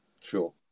Sure